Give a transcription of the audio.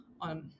on